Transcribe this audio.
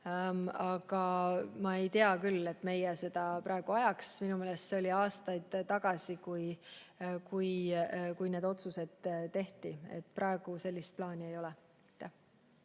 aga ma ei tea küll, et meie riik seda praegu ajaks. Minu meelest see oli aastaid tagasi, kui need otsused tehti. Praegu sellist plaani ei ole.